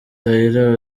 raila